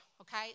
okay